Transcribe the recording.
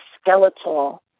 skeletal